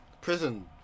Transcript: prison